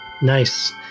Nice